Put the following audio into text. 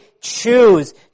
choose